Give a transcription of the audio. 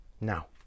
Now